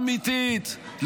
אמיתית,